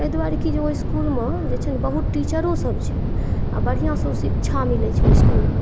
एहि दुआरे की जे ओहि इसकुलमे जे छै ने बहुत टीचरोंसभ छै आ बढ़िआँसॅं शिक्षा मिलै छै ओ इसकुलमे